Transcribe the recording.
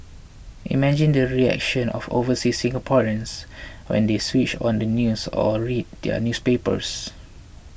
imagine the reactions of overseas Singaporeans when they switched on the news or read their newspapers